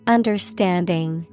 Understanding